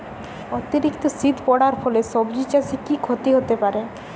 অতিরিক্ত শীত পরার ফলে সবজি চাষে কি ক্ষতি হতে পারে?